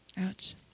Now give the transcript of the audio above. Ouch